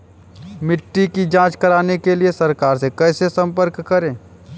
मिट्टी की जांच कराने के लिए सरकार से कैसे संपर्क करें?